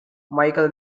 michel